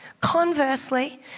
Conversely